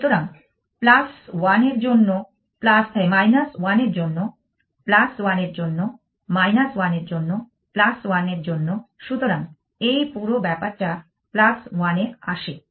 সুতরাং 1 এর জন্য 1 এর জন্য 1 এর জন্য 1 এর জন্য 1 এর জন্য সুতরাং এই পুরো ব্যাপারটা 1 এ আসে